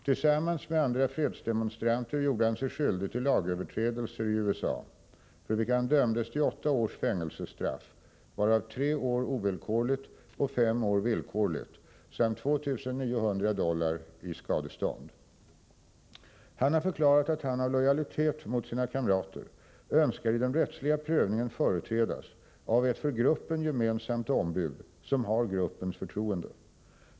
Tillsammans med andra fredsdemonstranter gjorde han sig skyldig till lagöverträdelser i USA för vilka han dömdes till åtta års fängelsestraff, varav tre år ovillkorligt och fem år villkorligt samt 2 900 dollar i skadestånd. Han har förklarat att han av lojalitet mot sina kamrater önskar i den rättsliga prövningen företrädas av ett för gruppen gemensamt ombud som har gruppens förtroende.